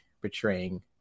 betraying